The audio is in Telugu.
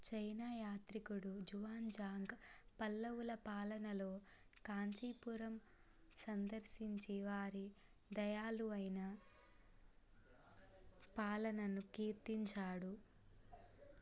చైనా యాత్రికుడు జువాన్జాంగ్ పల్లవుల పాలనలో కాంచీపురం సందర్శించి వారి దయాలు అయిన పాలనను కీర్తించాడు